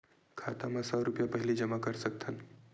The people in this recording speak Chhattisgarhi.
खाता मा सौ रुपिया पहिली जमा कर सकथन?